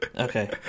Okay